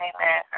Amen